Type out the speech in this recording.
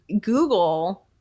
Google